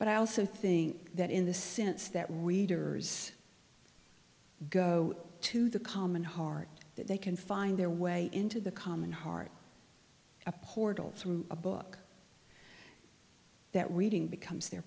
but i also think that in the sense that readers go to the common heart they can find their way into the common heart a horrid old a book that reading becomes their